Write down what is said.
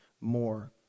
more